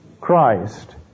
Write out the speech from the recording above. Christ